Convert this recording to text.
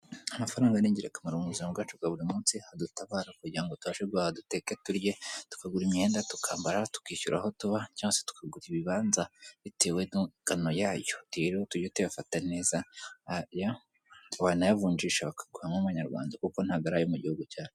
Amafaranga ni ingirakamaro mu buzima bwacu bwa buri munsi, aho adutabara kugirango tubashe guhaha duteke turye, tukagura imyenda tukambara, tukishyura aho tuba cyangwa se tukagura ibibanza bitewe n'ingano yayo. Rero tujye tuyafata neza, aya wanayavunjisha bakaguhamo amanyarwanda kuko ntabwo ari ayo mu gihugu cyacu.